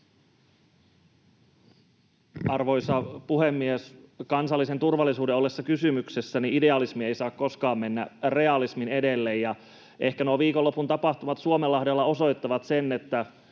Arvoisa puhemies! Kansallisen turvallisuuden ollessa kysymyksessä idealismi ei saa koskaan mennä realismin edelle, ja ehkä nuo viikonlopun tapahtumat Suomenlahdella osoittavat sen, että